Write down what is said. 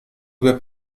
due